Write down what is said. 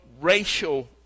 racial